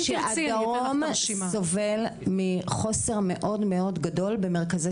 הדרום סובל מחוסר מאוד מאוד גדול במרכזי